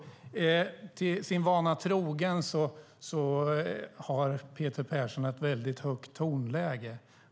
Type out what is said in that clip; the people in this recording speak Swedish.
Sin vana trogen har Peter Persson ett högt tonläge.